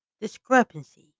discrepancy